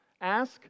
ask